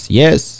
yes